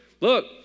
Look